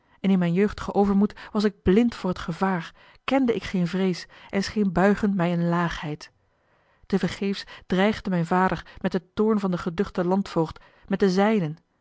en in mijn jeugdigen overmoed was ik blind voor t gevaar kende ik geene vrees en scheen buigen mij eene laagheid tervergeefs dreigde mijn vader met den toorn van den geduchten landvoogd met den